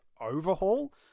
overhaul